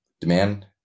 demand